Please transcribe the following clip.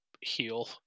heal